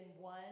one